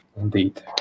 Indeed